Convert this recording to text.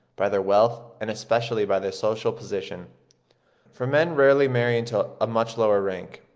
by their wealth, and especially by their social position for men rarely marry into a much lower rank.